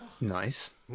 Nice